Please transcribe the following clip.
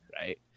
right